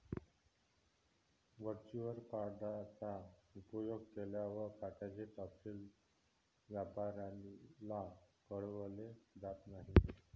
virtual card चा उपयोग केल्यावर, खात्याचे तपशील व्यापाऱ्याला कळवले जात नाहीत